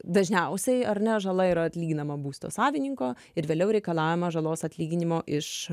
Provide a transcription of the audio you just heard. dažniausiai ar ne žala yra atlyginama būsto savininko ir vėliau reikalavimą žalos atlyginimo iš